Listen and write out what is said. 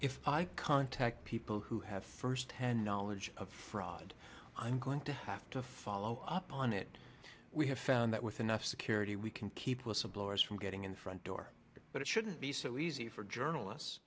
if i contact people who have firsthand knowledge of fraud i'm going to have to follow up on it we have found that with enough security we can keep whistleblowers from getting in the front door but it shouldn't be so easy for journalists